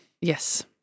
Yes